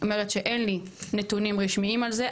זאת אומרת שאין לי נתונים רשמיים על זה,